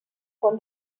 quan